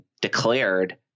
declared